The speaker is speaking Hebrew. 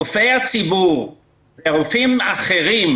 רופאי הציבור ורופאים אחרים